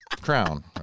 crown